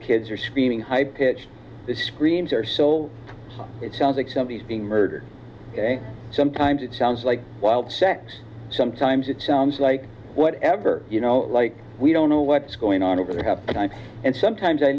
kids are screaming high pitched the screams are so it sounds like something is being murdered sometimes it sounds like wild sex sometimes it sounds like whatever you know like we don't know what's going on over there and sometimes i